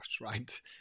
right